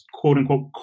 quote-unquote